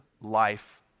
life